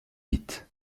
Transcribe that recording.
vite